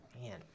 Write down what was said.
Man